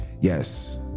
Yes